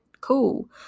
cool